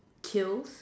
kills